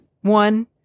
one